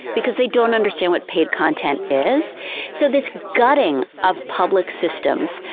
because they don't understand what paid content is so this gutting of public systems,